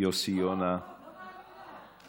אני לא מאמינה.